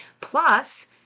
plus